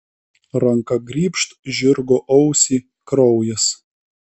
ranka grybšt žirgo ausį kraujas